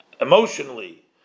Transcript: emotionally